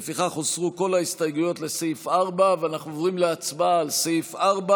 לפיכך הוסרו כל ההסתייגויות לסעיף 4. אנחנו עוברים להצבעה על סעיף 4,